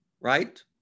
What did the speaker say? right